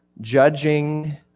judging